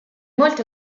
molte